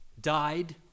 died